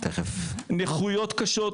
נכויות קשות,